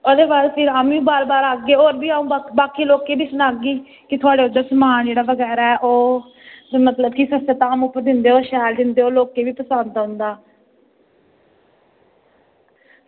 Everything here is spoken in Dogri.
होर बाद बार बार अस आह्गे ते बाकी लोकें ई बी सनागी की थुआढ़े इद्धरा समान बगैरा ऐ ओह् इद्धरा समान दिंदे शैल दिंदे ओह् लोकें ई बी पसंद औंदा